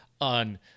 on